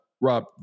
Rob